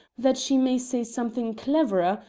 that she may say something cleverer,